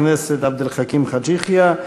חבר הכנסת עבד אל חכים חאג' יחיא,